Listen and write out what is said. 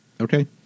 Okay